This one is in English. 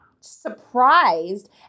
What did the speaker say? surprised